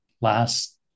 last